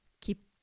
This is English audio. keep